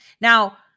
Now